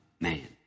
man